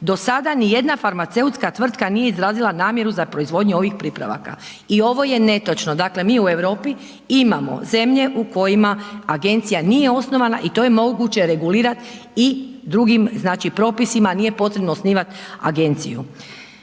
Do sada nijedna farmaceutska tvrtka nije izrazila namjeru za proizvodnju ovih pripravaka. I ovo je netočno, dakle, mi u Europi imamo zemlje u kojima agencija nije osnovana i to je moguće regulirat i drugim, znači, propisima, nije potrebno osnivat agenciju.